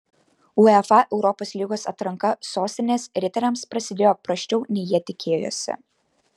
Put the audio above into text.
uefa europos lygos atranka sostinės riteriams prasidėjo prasčiau nei jie tikėjosi